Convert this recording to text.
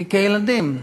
כי כילדים,